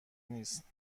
نیست